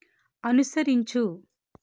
అనుసరించు